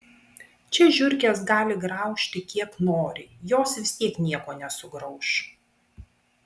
čia žiurkės gali graužti kiek nori jos vis tiek nieko nesugrauš